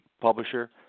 publisher